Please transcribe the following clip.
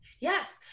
Yes